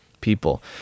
people